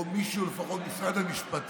או לפחות מישהו משרד המשפטים,